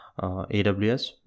aws